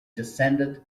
descended